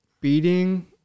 beating